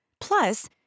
Plus